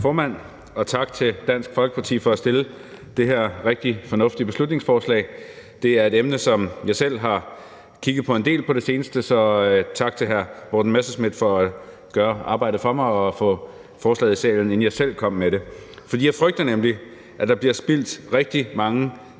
Tak, formand, og tak til Dansk Folkeparti for at fremsætte det her rigtig fornuftige beslutningsforslag. Det er et emne, som jeg selv har kigget på en del på det seneste, så tak til hr. Morten Messerschmidt for at gøre arbejdet for mig og få forslaget i salen, inden jeg selv kom med det. For jeg frygter nemlig, at der bliver spildt rigtig mange danske